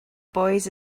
boys